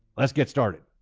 let's get started.